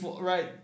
Right